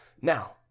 Now